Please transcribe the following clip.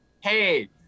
hey